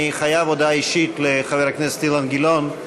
אני חייב הודעה אישית לחבר הכנסת אילן גילאון,